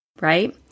right